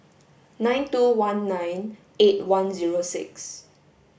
nine two one nine eight one zero six